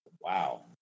Wow